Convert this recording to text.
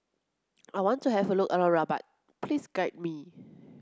I want to have a look around Rabat please guide me